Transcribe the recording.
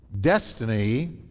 destiny